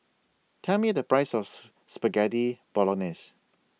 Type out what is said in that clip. Tell Me The Price of Spaghetti Bolognese